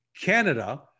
canada